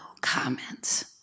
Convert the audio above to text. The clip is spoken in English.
comments